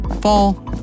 fall